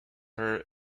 her